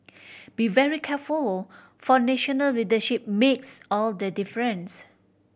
be very careful for national leadership makes all the difference